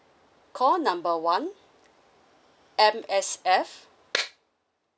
call number one M_S_F